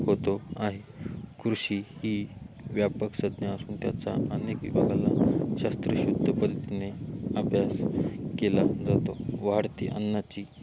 होतो आहे कृषी ही व्यापक संज्ञा असून त्याचा अनेक विभागाला शास्त्रीय शुद्ध पद्धतीने अभ्यास केला जातो वाढती अन्नाची